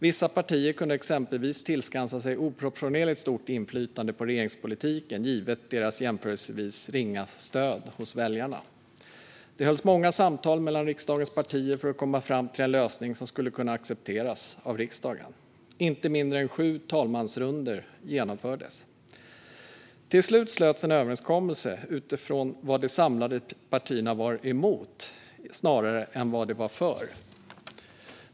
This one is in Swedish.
Vissa partier kunde exempelvis tillskansa sig oproportionerligt stort inflytande på regeringspolitiken givet deras jämförelsevis ringa stöd hos väljarna. Det hölls många samtal mellan riksdagens partier för att komma fram till en lösning som skulle kunna accepteras av riksdagen. Inte mindre än sju talmansrundor genomfördes. Till slut slöts en överenskommelse utifrån vad de samlade partierna var emot snarare än vad de var för.